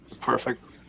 perfect